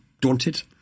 daunted